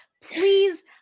Please